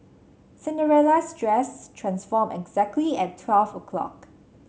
Cinderella's dress transformed exactly at twelve o'clock